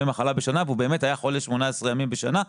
מחלה בשנה והוא באמת היה חולה 18 ימים בשנה,